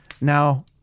Now